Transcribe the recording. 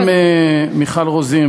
גם מיכל רוזין,